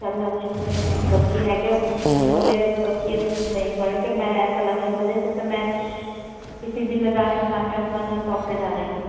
چل اچھا پھر بس یہ ہے کہ مجھے بس یہ نہیں پڑے کہ میں ایسا لگے مجھے جیسے میں کسی ذمہ دار انسان کے اپنا گھر شاپ کے جا رہی ہوں